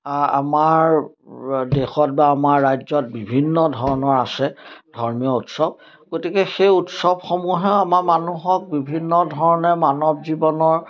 আমাৰ দেশত বা আমাৰ ৰাজ্যত বিভিন্ন ধৰণৰ আছে ধৰ্মীয় উৎসৱ গতিকে সেই উৎসৱসমূহেও আমাৰ মানুহক বিভিন্ন ধৰণে মানৱ জীৱনৰ